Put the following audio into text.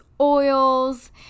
oils